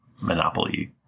Monopoly